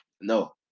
no